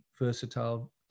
versatile